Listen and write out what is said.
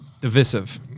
Divisive